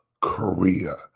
Korea